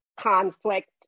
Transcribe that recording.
conflict